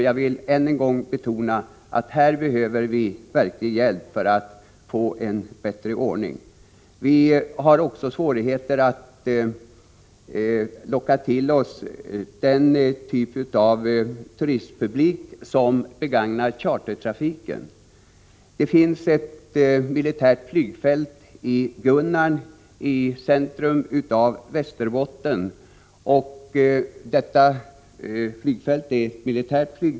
Jag vill än en gång betona att vi här behöver verklig hjälp för att få en bättre ordning. Vi har också svårigheter med att locka till oss turister som utnyttjar chartertrafik. Det finns ett militärt flygfält i Gunnarn, i centrum av Västerbotten.